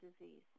disease